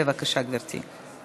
בבקשה, גברתי.